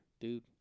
dude